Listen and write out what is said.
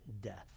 death